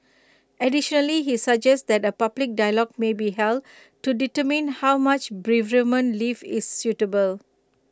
additionally he suggests that A public dialogue may be held to determine how much bereavement leave is suitable